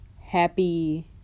happy